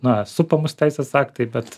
na supa mus teisės aktai bet